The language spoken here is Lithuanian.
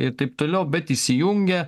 ir taip toliau bet įsijungia